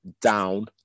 down